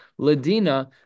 Ladina